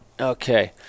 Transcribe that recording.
okay